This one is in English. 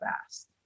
fast